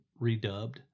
redubbed